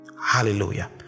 Hallelujah